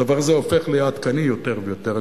הדבר הזה הופך לעדכני יותר ויותר.